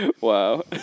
Wow